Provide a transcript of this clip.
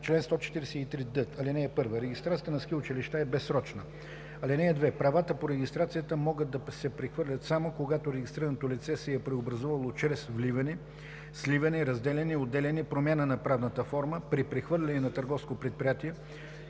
Чл. 143д. (1) Регистрацията на ски училищата е безсрочна. (2) Правата по регистрацията могат да се прехвърлят само когато регистрираното лице се е преобразувало чрез вливане, сливане, разделяне, отделяне, промяна на правната форма, при прехвърляне на търговско предприятие,